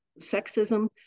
sexism